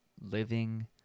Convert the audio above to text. living